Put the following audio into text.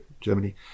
Germany